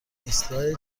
ایستگاه